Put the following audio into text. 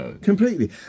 Completely